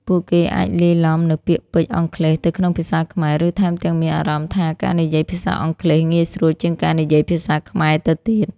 ពួកគេអាចលាយឡំនូវពាក្យពេចន៍អង់គ្លេសទៅក្នុងភាសាខ្មែរ ឬថែមទាំងមានអារម្មណ៍ថាការនិយាយភាសាអង់គ្លេសងាយស្រួលជាងការនិយាយភាសាខ្មែរទៅទៀត។